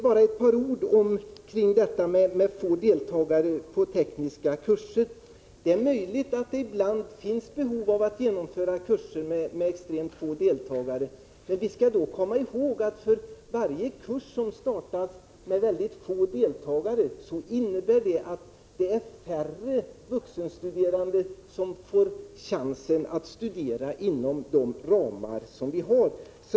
Bara ett par ord om detta att det kan vara få deltagare på tekniska kurser. Det är möjligt att det ibland finns behov av att genomföra kurser med ett extremt lågt antal deltagare. Men vi skall komma ihåg att för varje kurs som startar med få deltagare är det färre vuxenstuderande som får chansen att studera, med de ramar vi har.